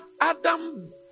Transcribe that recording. Adam